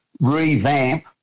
revamp